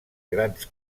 grans